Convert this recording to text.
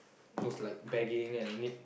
those like begging and need